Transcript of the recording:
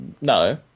No